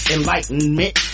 Enlightenment